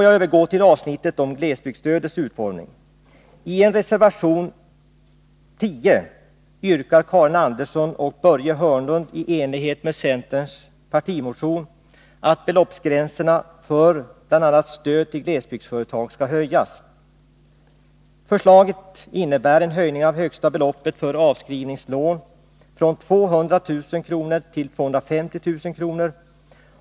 Jag övergår nu till avsnittet om glesbygdsstödets utformning. I reservation 10 yrkar Karin Andersson och Börje Hörnlund — i enlighet med centerns partimotion — att beloppsgränserna för bl.a. stöd till glesbygdsföretag skall höjas. Förslaget innebär en höjning av högsta beloppet för avskrivningslån från 200 000 kr. till 250 000 kr.